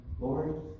Lord